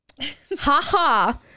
Ha-ha